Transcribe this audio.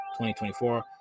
2024